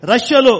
Russia